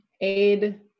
aid